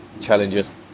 challenges